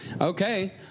Okay